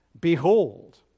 Behold